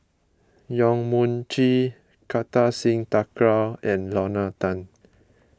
Yong Mun Chee Kartar Singh Thakral and Lorna Tan